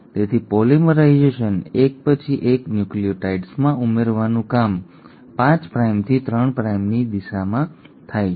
તેથી પોલિમરાઇઝેશન એક પછી એક ન્યુક્લિઓટાઇડ્સમાં ઉમેરવાનું કામ 5 પ્રાઇમથી 3 પ્રાઇમ દિશામાં થાય છે